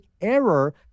error